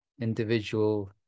individual